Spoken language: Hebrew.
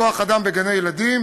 כוח-אדם בגני-ילדים,